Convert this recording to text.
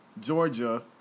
Georgia